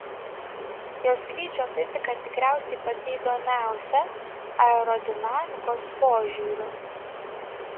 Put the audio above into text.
jo skrydžio fizika tikriausiai pati įdomiausia aerodinamikos požiūriu